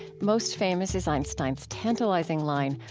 most famous is einstein's tantalizing line,